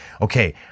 okay